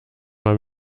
mal